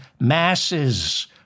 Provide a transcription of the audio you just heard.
masses